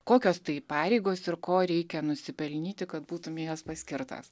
kokios tai pareigos ir ko reikia nusipelnyti kad būtum į jas paskirtas